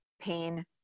pain